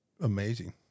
amazing